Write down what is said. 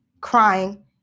crying